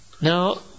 Now